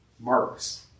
Marks